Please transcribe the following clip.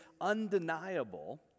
undeniable